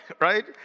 right